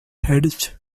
has